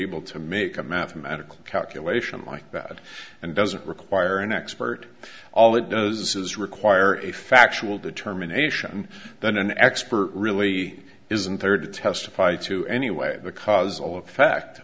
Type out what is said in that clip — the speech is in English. able to make a mathematical calculation like that and doesn't require an expert all it does is require a factual determination than an expert really isn't third to testify to any way the causal effect